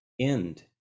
end